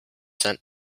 sent